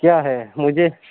کیا ہے مجھے